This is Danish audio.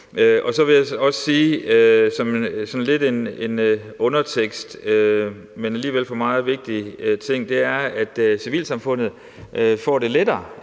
Så vil jeg også sige sådan lidt som en undertekst, men for mig alligevel en vigtig ting, at civilsamfundet får det lettere.